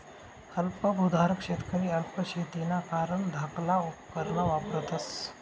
अल्प भुधारक शेतकरी अल्प शेतीना कारण धाकला उपकरणं वापरतस